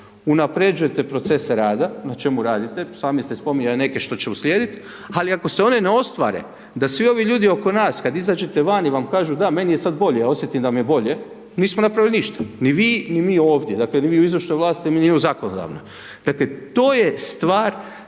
unapređujete procese rada, na čemu radite sami ste spominjali neke što će uslijedit, ali ako se one ne ostvare da svi ovi ljudi oko nas kad izađete vani vam kažu, da meni je sad bolje ja osjetim da mi je bolje, nismo napravili ništa. Ni vi, ni mi ovdje dakle ni vi u izvršnoj vlasti, ni mi u zakonodavnoj. Dakle, to je stvar,